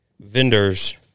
vendor's